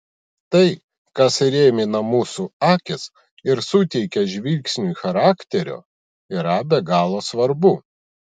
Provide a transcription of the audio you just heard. tai kas įrėmina mūsų akis ir suteikia žvilgsniui charakterio yra be galo svarbu